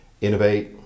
innovate